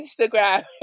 Instagram